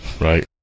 right